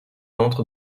entre